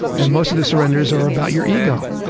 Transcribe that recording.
and most of the surrenders are about your ego.